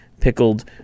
pickled